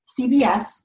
CBS